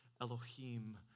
Elohim